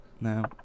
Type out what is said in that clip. no